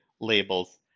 labels